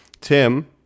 tim